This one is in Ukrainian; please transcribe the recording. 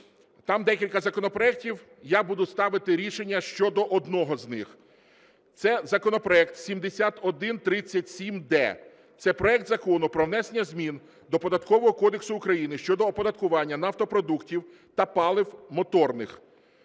Там декілька законопроектів, я буду ставити рішення щодо одного з них. Це законопроект 7137-д, це проект Закону про внесення змін до Податкового кодексу України щодо оподаткування нафтопродуктів та палив моторних.